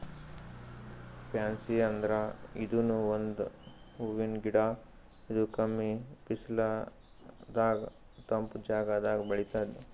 fancy ಅಂದ್ರ ಇದೂನು ಒಂದ್ ಹೂವಿನ್ ಗಿಡ ಇದು ಕಮ್ಮಿ ಬಿಸಲದಾಗ್ ತಂಪ್ ಜಾಗದಾಗ್ ಬೆಳಿತದ್